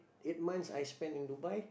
eight months I spend in Dubai